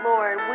Lord